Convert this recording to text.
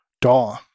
DAW